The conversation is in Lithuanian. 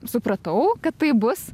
supratau kad taip bus